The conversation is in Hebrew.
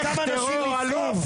אנשים לתקוף?